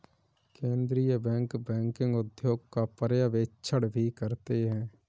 केन्द्रीय bank banking उद्योग का पर्यवेक्षण भी करते हैं